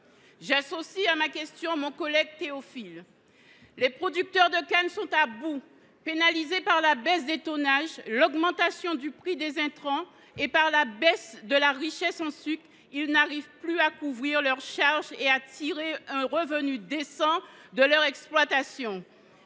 J’associe à cette question mon collègue Dominique Théophile. Les producteurs de canne sont à bout, pénalisés par la baisse des tonnages, l’augmentation du prix des intrants et la diminution de la richesse en sucre ; ils ne parviennent plus à couvrir leurs charges ni à tirer un revenu décent de leur exploitation.